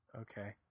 Okay